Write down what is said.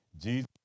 Jesus